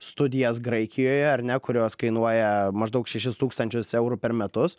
studijas graikijoje ar ne kurios kainuoja maždaug šešis tūkstančius eurų per metus